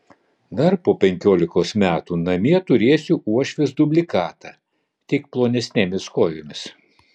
dar po penkiolikos metų namie turėsiu uošvės dublikatą tik plonesnėmis kojomis